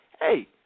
Hey